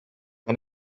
and